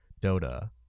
Dota